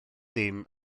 dim